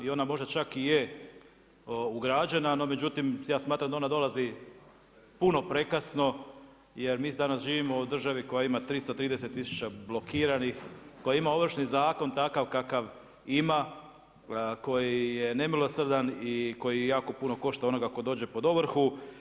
I ona možda čak i je ugrađena no međutim, ja smatram da ona dolazi puno prekasno jer mi danas živimo u državi koja ima 330 tisuća blokiranih, koja ima Ovršni zakon takav kakav ima koji je nemilosrdan i koji jako puno košta onoga tko dođe pod ovrhu.